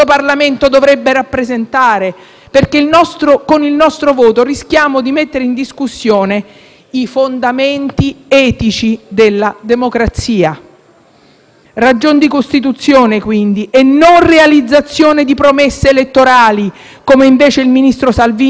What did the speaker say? i fondamenti etici della democrazia; ragion di Costituzione, quindi, e non realizzazione di promesse elettorali, come invece il ministro Salvini addirittura ha rivendicato, cercando di giustificare l'opacità e la gravità del suo operato;